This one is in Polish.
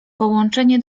połączenie